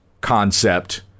concept